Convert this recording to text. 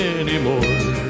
anymore